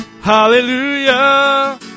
Hallelujah